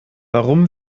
warum